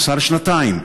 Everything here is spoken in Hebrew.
מאסר שנתיים,